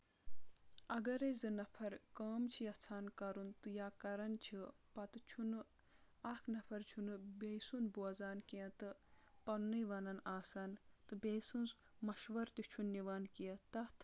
اگر أسۍ زٕ نفر کٲم چھِ یَژھان کَرُن تہٕ یا کَرَن چھِ پَتہٕ چھُنہٕ اکھ نفر چھُنہٕ بیٚیہِ سُنٛد بوزان کینٛہہ تہٕ پَننُے وَنان آسان تہٕ بیٚیہِ سٕنٛز مَشوَر تہِ چھُنہٕ نِوان کینٛہہ تَتھ